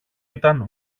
ήταν